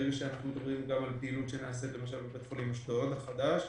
ברגע שאנחנו מדברים על פעילות שנעשית בבית החולים אשדוד החדש,